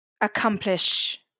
accomplish